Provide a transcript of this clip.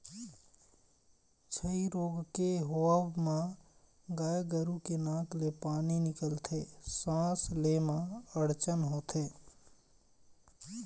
छई रोग के होवब म गाय गरु के नाक ले पानी निकलथे, सांस ले म अड़चन होथे